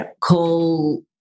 call